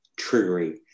triggering